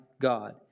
God